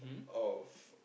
of